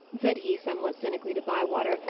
said he somewhat cynically, to bywater,